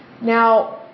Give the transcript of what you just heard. Now